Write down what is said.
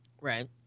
right